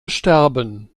sterben